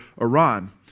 Iran